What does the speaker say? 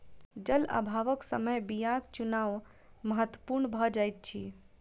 जल अभावक समय बीयाक चुनाव महत्पूर्ण भ जाइत अछि